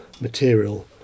material